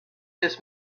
his